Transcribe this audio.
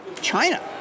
China